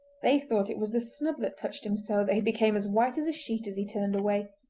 they thought it was the snub that touched him so that he became as white as a sheet as he turned away.